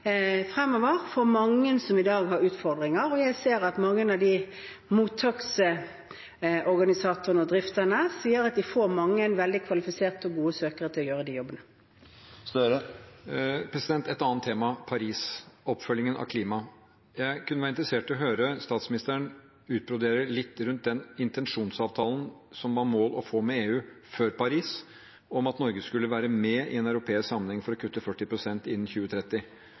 fremover for mange som i dag har utfordringer. Jeg ser at mange av mottaksorganisatorene og -drifterne sier at de får mange veldig kvalifiserte og gode søkere til å gjøre de jobbene. Et annet tema, Paris og oppfølgingen av klimaet: Jeg kunne være interessert i å høre statsministeren utbrodere litt rundt den intensjonsavtalen som var målet å få med EU – før Paris – om at Norge skulle være med i en europeisk sammenheng for å kutte 40 pst. innen 2030.